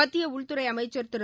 மத்திய உள்துறை அமைச்சர் திரு